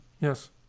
Yes